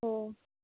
हो